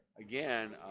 again